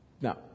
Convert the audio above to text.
Now